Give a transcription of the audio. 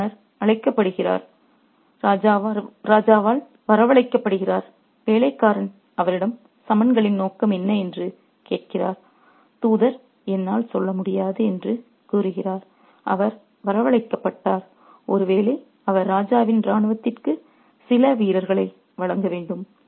எஜமானர் அழைக்கப்படுகிறார் ராஜாவால் வரவழைக்கப்படுகிறார் வேலைக்காரன் அவரிடம் சம்மன்களின் நோக்கம் என்ன என்று கேட்கிறார் தூதர் என்னால் சொல்ல முடியாது என்று கூறுகிறார் அவர் வரவழைக்கப்பட்டார் ஒருவேளை அவர் ராஜாவின் இராணுவத்திற்கு சில வீரர்களை வழங்க வேண்டும்